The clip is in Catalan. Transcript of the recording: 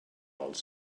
els